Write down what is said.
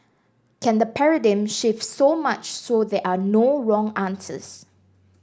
can the paradigm shift so much so there are no wrong answers